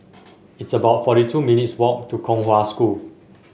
it's about forty two minutes' walk to Kong Hwa School